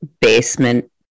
basement